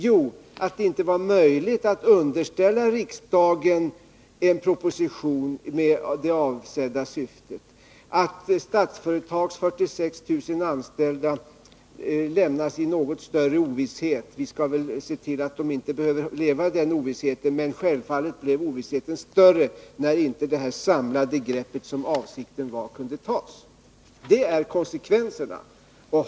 Jo, de är att det inte var möjligt att underställa riksdagen en proposition med det avsedda syftet, att Statsföretags 46 000 anställda lämnas i något större ovisshet. Vi skall se till att de inte behöver leva i den ovissheten, men självfallet blev ovissheten större när inte detta samlade grepp kunde tas, som avsikten var. Det är alltså konsekvenserna.